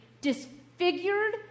disfigured